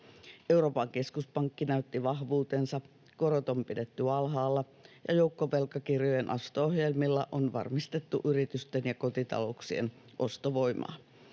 Euroopan keskuspankki näytti vahvuutensa: korot on pidetty alhaalla, ja joukkovelkakirjojen osto-ohjelmilla on varmistettu yritysten ja kotitalouksien ostovoimaa.